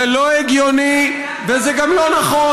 זה לא הגיוני וזה גם לא נכון.